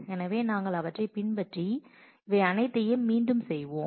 எனவே நாங்கள் அவற்றைப் பின்பற்றி அவை அனைத்தையும் மீண்டும் செய்வோம்